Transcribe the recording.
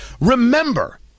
Remember